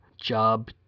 Job